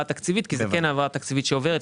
התקציבית כי זה כן העברה תקציבית שעוברת.